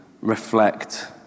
reflect